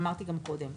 ואמרתי גם קודם,